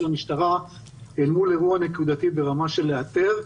המשטרה אל מול אירוע נקודתי ברמה של לאתר.